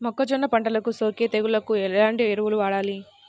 మొక్కజొన్న పంటలకు సోకే తెగుళ్లకు ఎలాంటి ఎరువులు వాడాలి?